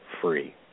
free